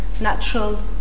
natural